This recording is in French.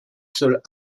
seules